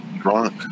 Drunk